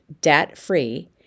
debt-free